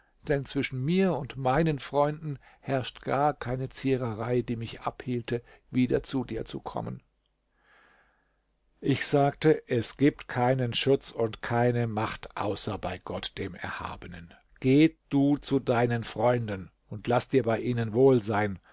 denn zwischen mir und meinen freunden herrscht gar keine ziererei die mich abhielte wieder zu dir zu kommen ich sagte es gibt keinen schutz und keine macht außer bei gott dem erhabenen geh du zu deinen freunden und laß dir bei ihnen wohl sein